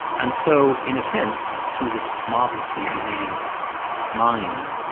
and so in a sense, through this marvelously humane mind,